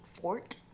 fort